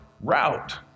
route